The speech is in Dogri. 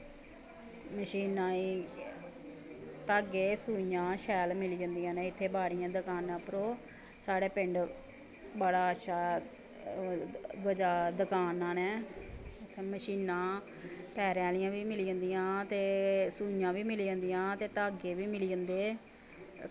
मशीनां दी धागे सूइयां शैल मिली जंदियां न इ'त्थें बाड़ियां दकानां उप्परो साढ़े पिंड बड़ा अच्छा दकानां न इ'त्थें मशीनां पैरें आह्लियां बी मिली जंदियां ते सूइयां बी मिली जंदियां ते धागे बी मिली जंदे